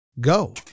Go